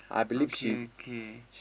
okay okay